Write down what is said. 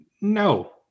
no